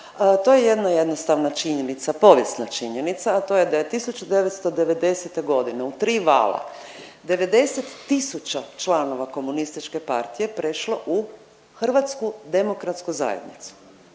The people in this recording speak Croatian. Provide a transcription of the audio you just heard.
To je jedna jednostavna činjenica, povijesna činjenica, a to je da je 1990. godine u tri vala 90 000 članova Komunističke partije prešlo u Hrvatsku demokratsku zajednicu.